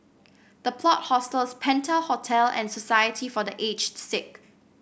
The Plot Hostels Penta Hotel and Society for The Aged Sick